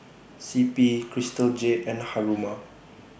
C P Crystal Jade and Haruma